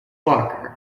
barker